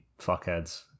fuckheads